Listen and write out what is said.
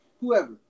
whoever